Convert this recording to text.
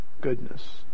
goodness